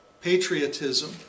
patriotism